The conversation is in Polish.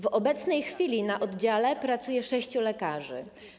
W obecnej chwili na oddziale pracuje sześciu lekarzy.